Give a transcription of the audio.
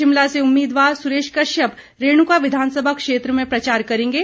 शिमला से उम्मीदवार सुरेश कश्यप रेणुका विधानसभा क्षेत्र में प्रचार करेंगे